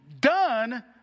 done